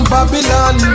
Babylon